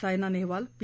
Saina Nehwal P